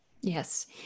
Yes